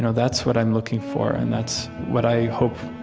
so that's what i'm looking for. and that's what i hope,